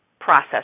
process